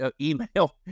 email